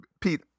pete